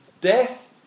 death